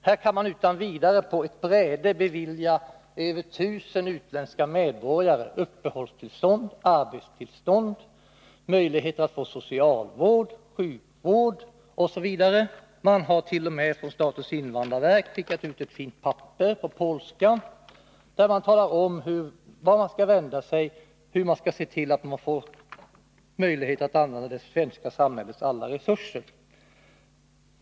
Här kan man utan vidare på ett bräde bevilja över 1000 utländska medborgare uppehållstillstånd och arbetstillstånd och ge dem möjligheter att få socialvård, sjukvård osv. Statens invandrarverk har t.o.m. skickat ut ett fint papper på polska, där det talas om vart man skall vända sig och hur man skall se till att få möjligheter att använda det svenska samhällets alla resurser.